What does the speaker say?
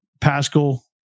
pascal